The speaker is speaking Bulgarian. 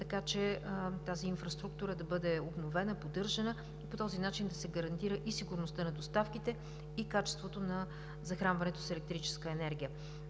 така че тази инфраструктура да бъде обновена, поддържана и по този начин да се гарантира сигурността на доставките и качеството на захранването с електрическа енергия.